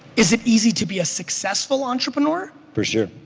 is it easy to be a successful entrepreneur? for sure.